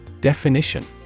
Definition